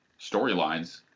storylines